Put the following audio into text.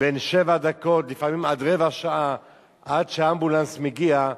בין שבע דקות לפעמים עד רבע שעה עד שהאמבולנס מגיע,